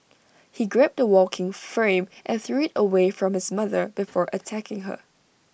he grabbed the walking frame and threw IT away from his mother before attacking her